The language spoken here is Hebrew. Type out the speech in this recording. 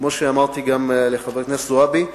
כמו שאמרתי גם לחברת הכנסת זועבי,